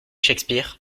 shakespeare